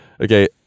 Okay